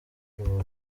rubavu